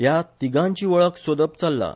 ह्या तिगांची वळख सोदप चल्छा